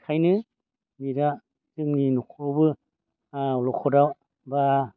बेखायनो नै दा जोंनि न'खरावबो अलखदा बा